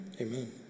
Amen